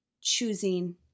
choosing